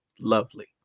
lovely